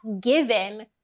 given